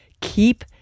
keep